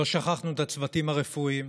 לא שכחנו את הצוותים הרפואיים,